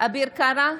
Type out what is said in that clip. אביר קארה,